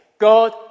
God